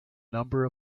number